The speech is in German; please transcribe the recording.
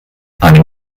einem